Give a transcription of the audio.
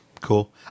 Cool